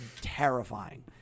terrifying